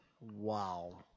Wow